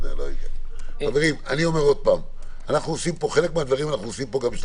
של חברות שמסייעות בכל מיני סיטואציות לביצוע התפקידים לרשות